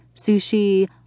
sushi